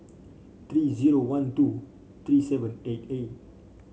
three zero one two three seven eight eight